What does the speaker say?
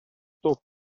toob